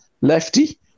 lefty